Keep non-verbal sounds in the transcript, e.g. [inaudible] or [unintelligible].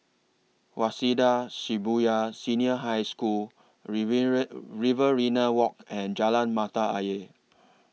Waseda Shibuya Senior High School [unintelligible] Riverina Walk and Jalan Mata Ayer